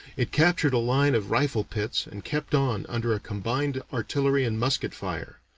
it captured a line of rifle pits and kept on under a combined artillery and musket fire.